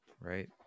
Right